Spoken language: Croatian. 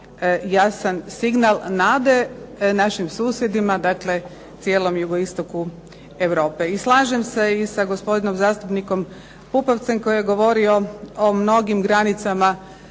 jasan signal nade našim susjedima, dakle cijelom jugoistoku Europe. I slažem se i sa gospodinom zastupnikom Pupovcem koji je govorio o mnogim granicama